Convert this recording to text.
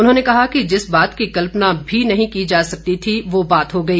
उन्होंने कहा कि जिस बात की कल्पना भी नहीं की जा सकती थी वह बात हो गई